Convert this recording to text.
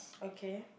okay